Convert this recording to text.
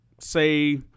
say